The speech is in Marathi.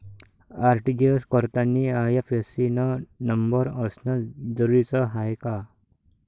आर.टी.जी.एस करतांनी आय.एफ.एस.सी न नंबर असनं जरुरीच हाय का?